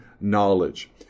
knowledge